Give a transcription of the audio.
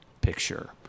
picture